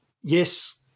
yes